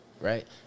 Right